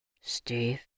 Steve